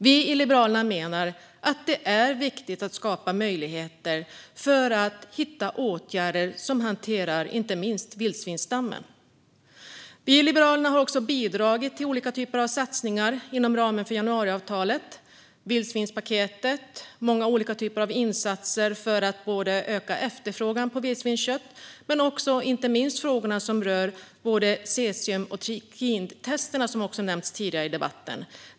Vi i Liberalerna menar att det är viktigt att skapa möjligheter för att hitta åtgärder som hanterar inte minst vildsvinstammen. Vi har också bidragit till olika satsningar inom ramen för januariavtalet. Det handlar om vildsvinspaketet och många olika insatser för att öka efterfrågan på vildsvinskött och för frågor som rör cesium och trikintester, som nämnts tidigare i debatten.